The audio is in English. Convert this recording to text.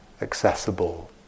accessible